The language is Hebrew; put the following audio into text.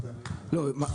לא,